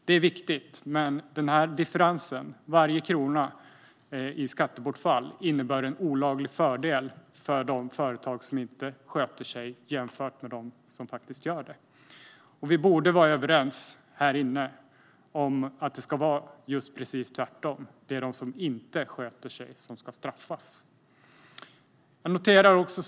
Det är visserligen viktigt, men denna differens - varje krona i skattebortfall - innebär en olaglig fördel för de företag som inte sköter sig jämfört med dem som faktiskt gör det. Uppgifter på individ-nivå i arbetsgivar-deklarationen Vi borde vara överens här inne om att det ska vara precis tvärtom: Det är de som inte sköter sig som ska straffas.